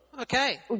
Okay